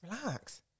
relax